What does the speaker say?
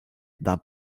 d’un